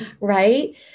Right